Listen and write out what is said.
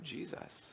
Jesus